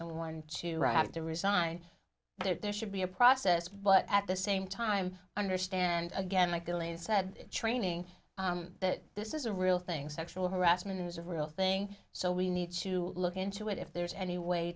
someone to have to resign and it there should be a process but at the same time understand again like the lady said training that this is a real thing sexual harassment is a real thing so we need to look into it if there's any way